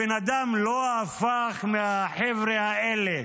הבן אדם לא הפך לחבר'ה האלה,